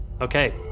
Okay